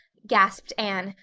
gasped anne,